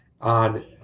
on